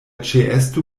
ĉeesto